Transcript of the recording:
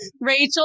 Rachel